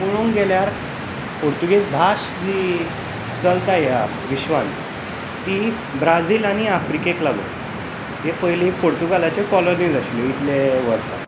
पळोवंक गेल्यार पुर्तुगीज भास जी चलता ह्या विश्वांत ती ब्राजील आनी आफ्रिकेक लागून जे पयली पुर्तुगालचे कॉलनीज आशिल्ले इतलीं वर्सां